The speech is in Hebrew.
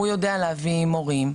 הוא יודע להביא מורים,